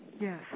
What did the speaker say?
Yes